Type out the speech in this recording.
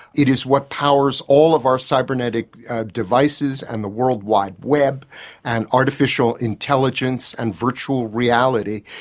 it is what powers all of our cybernetic devices and the world wide web and artificial intelligence and virtual reality.